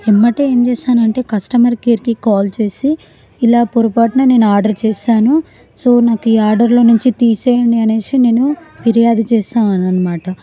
వెంబడే ఏం చేస్తానంటే కస్టమర్ కేర్కి కాల్ చేసి ఇలా పొరపాటున నేను ఆర్డర్ చేశాను సో నాకీ ఆర్డర్లో నుంచి తీసేయండి అనేసి నేను ఫిర్యాదు చేస్తాను అనమాట